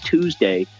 Tuesday